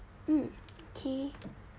mm okay